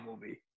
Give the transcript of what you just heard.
movie